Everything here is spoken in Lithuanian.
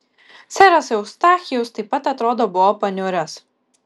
seras eustachijus taip pat atrodo buvo paniuręs